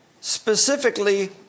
Specifically